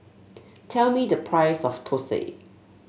tell me the price of thosai